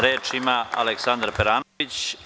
Reč ima Aleksandar Peranović.